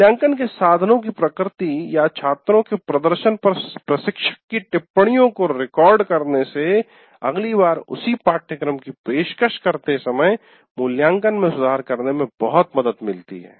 मूल्यांकन के साधनों की प्रकृति या छात्रों के प्रदर्शन पर प्रशिक्षक की टिप्पणियों को रिकॉर्ड करने से अगली बार उसी पाठ्यक्रम की पेशकश करते समय मूल्यांकन में सुधार करने में बहुत मदद मिलती है